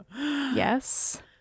Yes